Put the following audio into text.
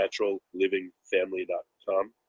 naturallivingfamily.com